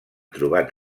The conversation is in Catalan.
trobat